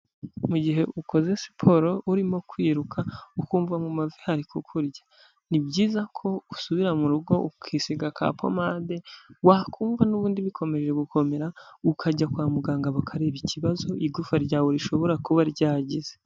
Mu gihe ukoze siporo urimo kwiruka ukumva mu mavi hari kukurya ni byiza ko usubira mu rugo ukisiga ka pomade wakumva n'ubundi bikomeje gukomera ukajya kwa muganga bakareba ikibazo igufwa ryawe rishobora kuba ryageze.